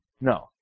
No